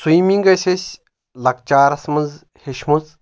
swimming ٲسۍ أسۍ lectures منٛز ہیٚچھمٕژ